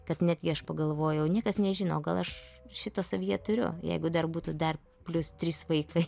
kad netgi aš pagalvojau niekas nežino gal aš šito savyje turiu jeigu dar būtų dar plius trys vaikai